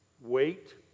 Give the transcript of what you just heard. Wait